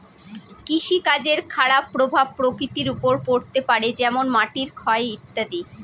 কৃষিকাজের খারাপ প্রভাব প্রকৃতির ওপর পড়তে পারে যেমন মাটির ক্ষয় ইত্যাদি